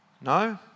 No